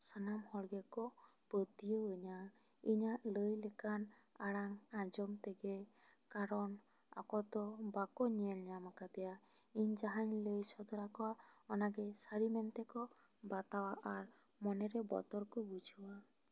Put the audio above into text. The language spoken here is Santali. ᱥᱟᱱᱟᱢ ᱦᱚᱲ ᱜᱮ ᱠᱚ ᱯᱟᱹᱛᱤᱭᱟᱣ ᱤᱧᱟᱹ ᱤᱧᱟᱜ ᱞᱟᱹᱭ ᱞᱮᱠᱟᱱ ᱟᱲᱟᱝ ᱟᱸᱡᱚᱢ ᱛᱮᱜᱮ ᱠᱟᱨᱚᱱ ᱟᱠᱳ ᱫᱚ ᱵᱟᱠᱳ ᱧᱮᱞ ᱧᱟᱢ ᱟᱠᱟᱫᱮᱭᱟ ᱤᱧ ᱡᱟᱦᱟᱸᱧ ᱞᱟᱹᱭ ᱥᱚᱫᱚᱨ ᱟᱠᱚᱣᱟ ᱚᱱᱟ ᱜᱮ ᱥᱟᱹᱨᱤ ᱢᱮᱱᱛᱮ ᱠᱚ ᱵᱟᱛᱟᱣᱟ ᱟᱨ ᱢᱚᱱᱮᱨᱮ ᱵᱚᱛᱚᱨ ᱠᱚ ᱵᱩᱡᱷᱟᱹᱣᱟ